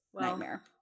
nightmare